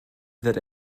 that